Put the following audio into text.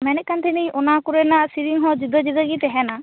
ᱢᱮᱱᱮᱫ ᱠᱟᱱ ᱛᱟᱦᱮᱱᱟᱹᱧ ᱚᱱᱟ ᱠᱚ ᱨᱮᱭᱟᱜ ᱥᱮᱨᱮᱧ ᱦᱚᱸ ᱡᱩᱫᱟᱹ ᱡᱩᱫᱟᱹ ᱜᱮ ᱛᱟᱦᱮᱱᱟ